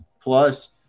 Plus